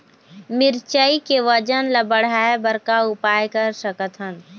मिरचई के वजन ला बढ़ाएं बर का उपाय कर सकथन?